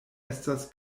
estas